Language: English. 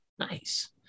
Nice